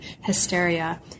hysteria